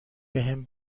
بهم